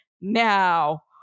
now